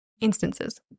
instances